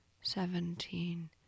seventeen